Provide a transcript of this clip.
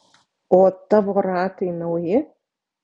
o tavo ratai nauji